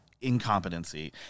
incompetency